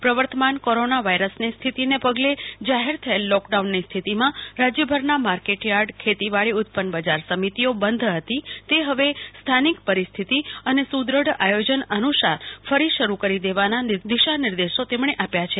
પ્રવર્તમાન કોરોના વાયરસની સ્થિતિને પગલે જાહેર થયેલા લોકડાઉનની સ્થિતિમાં રાજ્યભરના માર્કેટયાર્ડ ખેતીવાડી ઉત્પન્ન બજાર સમિતિઓ બંધ હતી તો હવે સ્થાનિક પરિસ્થિતિ અને સુદ્રઢ આયોજન અનુસાર ફરી શરૂ કરી દેવાના દિશા નિર્દેશો તેમણે આપ્યા છે